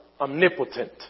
omnipotent